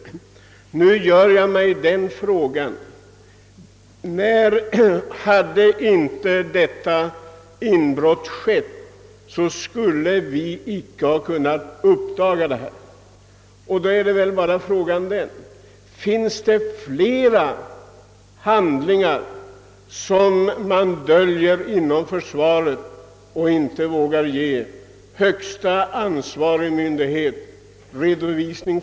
Nu gör jag den reflexionen: hade inte detta inbrott skett skulle vi inte ha kunnat uppdaga saken. Den leder till frågan : Förekommer det inom försvaret flera handlingar som man döljer och icke vill redovisa för den högsta ansvariga myndigheten?